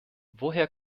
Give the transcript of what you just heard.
woher